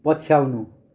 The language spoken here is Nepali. पछ्याउनु